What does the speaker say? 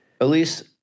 Elise